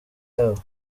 yabo